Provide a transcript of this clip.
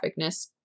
graphicness